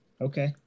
Okay